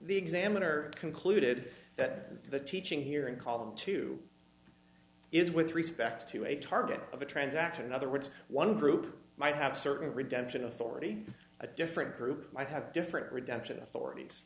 the examiner concluded that the teaching here and call them to is with respect to a target of a transaction in other words one group might have certain redemption authority a different group might have different redemption authorities